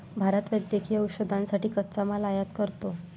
भारत वैद्यकीय औषधांसाठी कच्चा माल आयात करतो